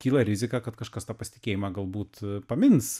kyla rizika kad kažkas tą pasitikėjimą galbūt pamins